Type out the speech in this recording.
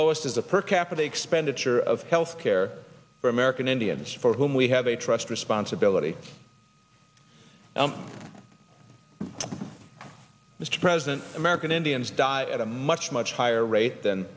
lowest is a per capita expenditure of health care for american indians for whom we have a trust responsibility mr president american indians die at a much much higher rate than